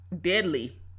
deadly